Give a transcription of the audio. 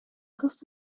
wirst